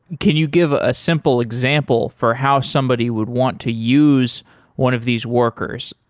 can you give a ah simple example for how somebody would want to use one of these workers?